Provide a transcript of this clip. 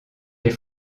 des